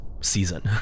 season